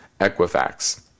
Equifax